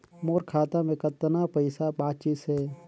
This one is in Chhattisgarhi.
मोर खाता मे कतना पइसा बाचिस हे?